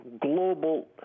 global